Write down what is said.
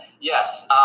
Yes